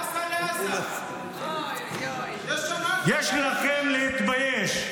--- יש לכם להתבייש.